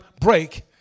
break